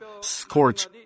scorch